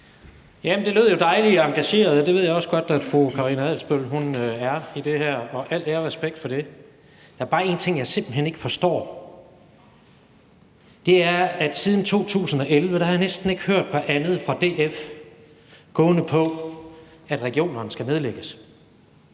det lød jo dejlig engageret, og det ved jeg også godt at fru Karina Adsbøl er i det her, og al ære og respekt for det. Der er bare en ting, jeg simpelt hen ikke forstår, og det er, at siden 2011 har jeg næsten ikke hørt andet fra DF, end at regionerne skal nedlægges.